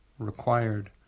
required